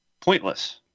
pointless